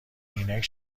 عینک